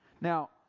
Now